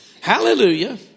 Hallelujah